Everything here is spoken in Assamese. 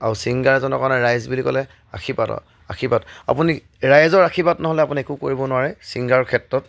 আৰু ছিংগাৰ এজনৰ কাৰণে ৰাইজ বুলি ক'লে আশীৰ্বাদ আৰু আশীৰ্বাদ আপুনি ৰাইজৰ আশীৰ্বাদ নহ'লে আপুনি একো কৰিব নোৱাৰে ছিংগাৰৰ ক্ষেত্ৰত